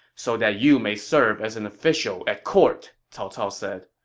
so that you may serve as an official at court, cao cao said.